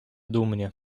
dumnie